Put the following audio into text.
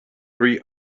three